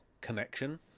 connection